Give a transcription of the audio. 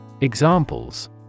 Examples